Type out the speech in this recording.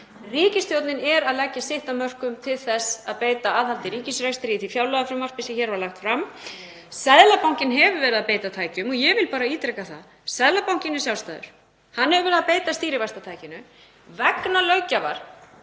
Ríkisstjórnin er að leggja sitt af mörkum til þess að beita aðhaldi í ríkisrekstri í því fjárlagafrumvarpi sem hér var lagt fram. Seðlabankinn hefur verið að beita sínum tækjum og ég vil bara ítreka það að Seðlabankinn er sjálfstæður. Hann hefur verið að beita stýrivaxtatækinu vegna löggjafar